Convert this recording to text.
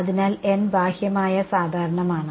അതിനാൽ ബാഹ്യമായ സാധാരണമാണ്